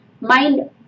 mind